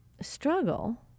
struggle